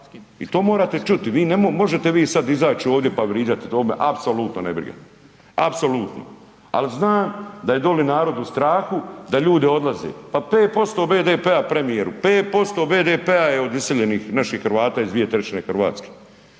ne možete, možete vi sad izaći ovdje pa vrijeđati to me apsolutno ne briga, apsolutno ali znam da je dolje narod u strahu, da ljudi odlaze. Pa 5% BDP-a premijeru, 5% BDP-a je od iseljenih naših Hrvata iz 2/3 Hrvatske.